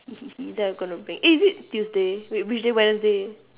later I'm gonna bake is it tuesday wait which day wednesday